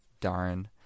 Darn